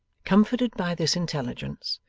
comforted by this intelligence,